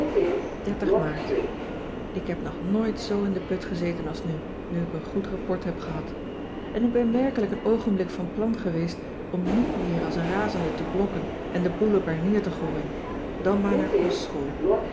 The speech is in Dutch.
maart ik heb nog nooit zoo in de put gezeten als nu nu ik een goed rapport heb gehad en ik ben werkelijk een oogenblik van plan geweest om niet meer als een razende te blokken en den boel er bij neer te gooien dan maar naar kostschool